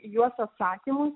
į juos atsakymus